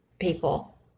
people